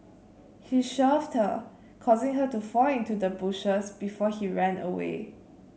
he shoved her causing her to fall into the bushes before he ran away